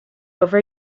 over